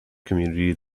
community